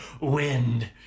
wind